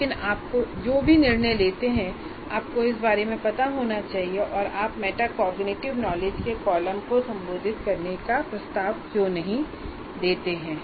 लेकिन आप जो भी निर्णय लेते हैं आपको इसके बारे में पता होना चाहिए और आप मेटाकॉग्निटिव नॉलेज के कॉलम को संबोधित करने का प्रस्ताव क्यों नहीं देते हैं